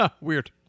Weird